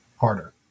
harder